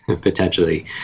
potentially